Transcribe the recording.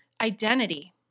Identity